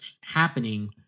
happening